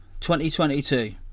2022